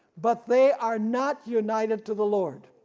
but they are not united to the lord.